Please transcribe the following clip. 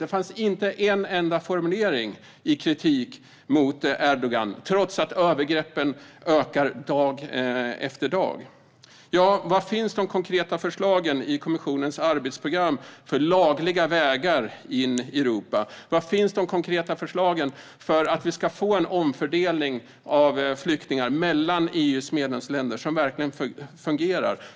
Där finns inte en enda formulering av kritik mot Erdogan, trots att övergreppen ökar dag efter dag. Var finns de konkreta förslagen i kommissionens arbetsprogram för lagliga vägar in i Europa? Var finns de konkreta förslagen för att vi ska få en omfördelning av flyktingar mellan EU:s medlemsländer som verkligen fungerar?